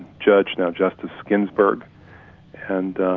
judge no justice ginsburg and